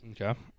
Okay